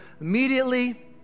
immediately